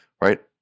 right